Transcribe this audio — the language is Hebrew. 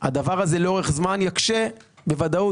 הדבר הזה לאורך זמן יקשה בוודאות,